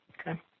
okay